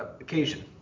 occasion